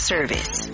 Service